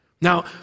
Now